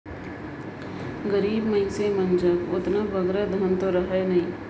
गरीब मइनसे मन जग ओतना बगरा धन दो रहें नई